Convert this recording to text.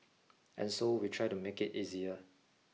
and so we try to make it easier